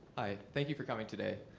thank you for coming today.